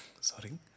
Sorry